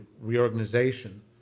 reorganization